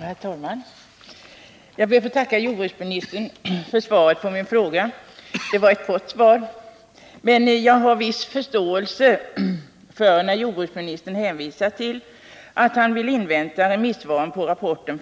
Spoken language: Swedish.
Herr talman! Jag ber att få tacka jordbruksministern för svaret på min fråga. Det var ett kort svar, men jag har viss förståelse för att jordbruksministern hänvisar till att han vill invänta remissvaren